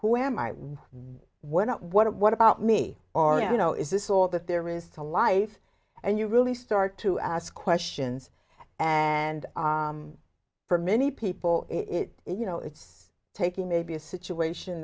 who am i what what what about me or you know is this all that there is to life and you really start to ask questions and for many people it you know it's taking maybe a situation